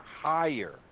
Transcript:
higher